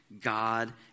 God